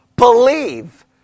Believe